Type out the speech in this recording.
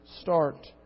start